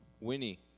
Winnie